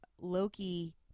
Loki